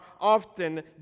often